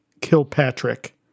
Kilpatrick